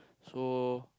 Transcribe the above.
so